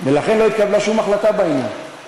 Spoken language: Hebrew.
ולכן לא התקבלה שום החלטה בעניין.